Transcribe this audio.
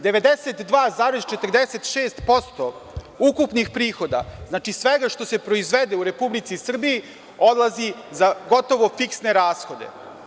92,46% ukupnih prihoda, znači svega što se proizvede u Republici Srbiji odlazi za gotovo fiksne rashode.